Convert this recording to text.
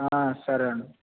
సరే అండి